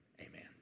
Amen